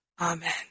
Amen